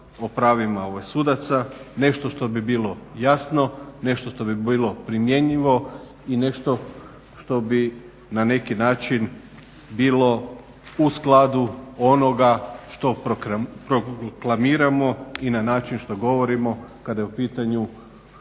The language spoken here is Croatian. o pravima sudaca, nešto što bi bilo jasno, nešto što bi bilo primjenjivo, i nešto što bi na neki način bilo u skladu onoga što proklamiramo i na način što govorimo kada je u pitanju